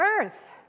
Earth